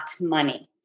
money